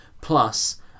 Plus